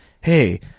hey